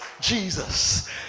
Jesus